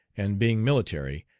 and being military,